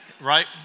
right